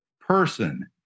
person